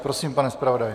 Prosím, pane zpravodaji.